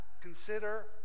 consider